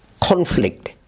conflict